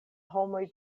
homoj